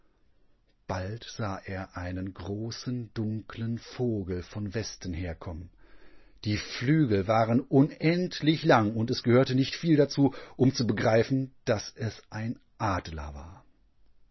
bald sah er einen großen dunklen vogel von westen herkommen die flügel waren unendlich lang und es gehörte nicht viel dazu um zu begreifen daß es ein adlerwar der gänserich war